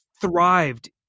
thrived